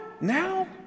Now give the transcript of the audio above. now